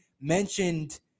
mentioned